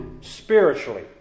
spiritually